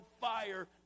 fire